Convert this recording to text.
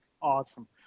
Awesome